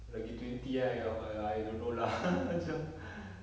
lagi twenty ah !haiya! I I don't know lah macam